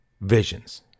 visions